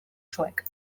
suec